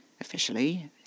Officially